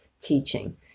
teaching